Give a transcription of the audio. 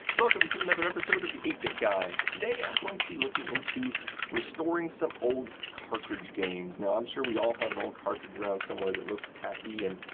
welcome to another episode of the eight bit guy. today i'm going to be looking into restoring some old cartridge games. now, i'm sure we all have an old cartridge around somewhere that looks tacky and